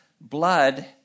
Blood